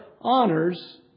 honors